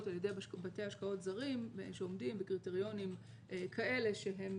על ידי בתי השקעות זרים שעומדים בקריטריונים כאלה שהם